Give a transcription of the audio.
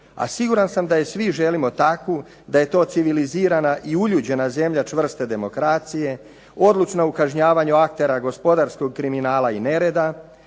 a siguran sam da je svi želimo takvu da je to civilizirana i uljuđena zemlja čvrste demokracije odlučna u kažnjavanju aktera gospodarskog kriminala i nereda,